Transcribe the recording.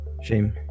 Shame